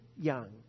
young